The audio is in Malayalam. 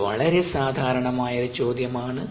ഇത് വളരെ സാധാരണമായ ഒരു ചോദ്യമാണ്